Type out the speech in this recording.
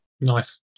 Nice